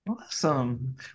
Awesome